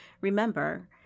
Remember